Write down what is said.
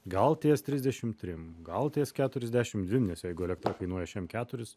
gal ties trisdešim trim gal ties keturiasdešim dvim nes jeigu elektra kainuoja šiam keturis